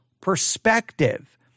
perspective